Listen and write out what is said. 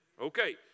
Okay